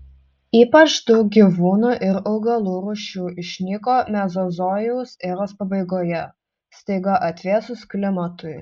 ypač daug gyvūnų ir augalų rūšių išnyko mezozojaus eros pabaigoje staiga atvėsus klimatui